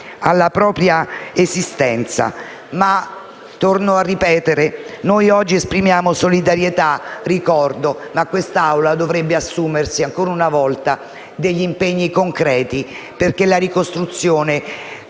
alla propria esistenza. Torno a ripetere che noi oggi esprimiamo solidarietà e ricordo, tuttavia quest'Assemblea dovrebbe assumersi, ancora una volta, degli impegni concreti perché la ricostruzione